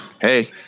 hey